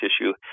tissue